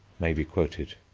may be quoted.